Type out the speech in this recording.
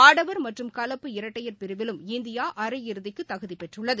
ஆடவர் மற்றும் கலப்பு இரட்டையர் பிரிவிலும் இந்தியாஅரை இறுதிக்குதகுதிபெற்றுள்ளது